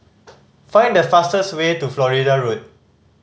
find the fastest way to Flora Road